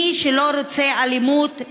מי שלא רוצה אלימות,